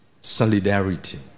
Solidarity